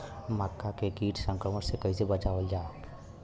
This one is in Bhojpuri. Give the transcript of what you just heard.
मक्का के कीट संक्रमण से कइसे बचावल जा?